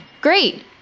Great